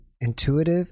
intuitive